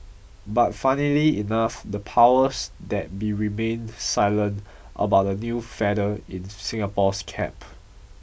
but funnily enough the powers that be remained silent about the new feather in Singapore's cap